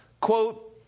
quote